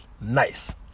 Nice